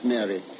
Mary